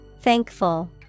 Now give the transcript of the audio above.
Thankful